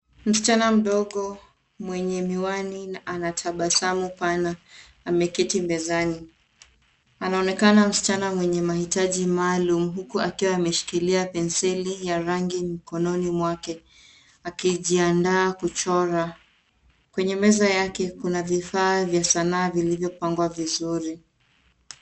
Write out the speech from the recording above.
Msichana mdogo mwenye miwani na anatabasamu pana, ameketi mezani. Anaonekana msichana mwenye mahitaji maalum, huku akiwa ameshikilia penseli ya rangi mkononi mwake, akijiandaa kuchora. Kwenye meza yake kuna vifaa vya sanaa vilivyo pangwa vizuri.